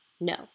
No